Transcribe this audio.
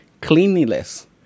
Cleanliness